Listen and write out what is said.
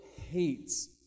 hates